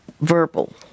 Verbal